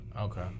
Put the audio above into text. Okay